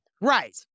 Right